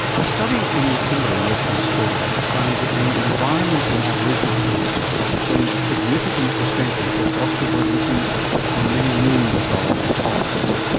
a study in the kimberley in western australia has found that the environment in aboriginal communities explains a significant percentage of hospital admissions and many millions of dollars in costs.